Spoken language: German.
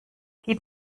gib